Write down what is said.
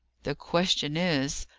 the question is,